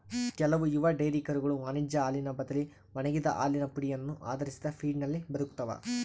ಕೆಲವು ಯುವ ಡೈರಿ ಕರುಗಳು ವಾಣಿಜ್ಯ ಹಾಲಿನ ಬದಲಿ ಒಣಗಿದ ಹಾಲಿನ ಪುಡಿಯನ್ನು ಆಧರಿಸಿದ ಫೀಡ್ನಲ್ಲಿ ಬದುಕ್ತವ